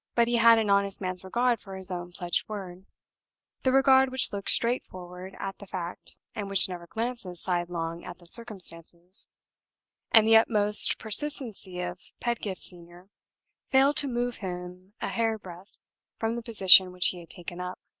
but he had an honest man's regard for his own pledged word the regard which looks straightforward at the fact, and which never glances sidelong at the circumstances and the utmost persistency of pedgift senior failed to move him a hairbreadth from the position which he had taken up.